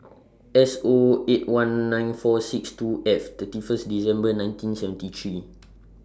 S O eight one nine four six two F thirty First December nineteen seventy three